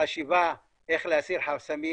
חשיבה איך להסיר חסמים,